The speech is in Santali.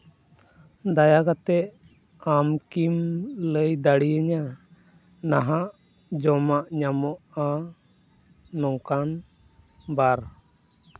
ᱫᱟᱭᱟᱠᱟᱛᱮ ᱟᱢᱠᱤᱢ ᱞᱟᱹᱭ ᱫᱟᱲᱮᱭᱟᱹᱧᱟᱹ ᱱᱟᱦᱟᱜ ᱡᱚᱢᱟᱜ ᱧᱟᱢᱚᱜᱼᱟ ᱱᱚᱝᱠᱟᱱ ᱵᱟᱨ